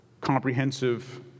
comprehensive